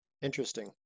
Interesting